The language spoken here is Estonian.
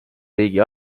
riigi